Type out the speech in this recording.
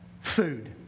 food